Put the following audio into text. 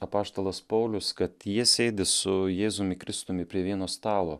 apaštalas paulius kad jie sėdi su jėzumi kristumi prie vieno stalo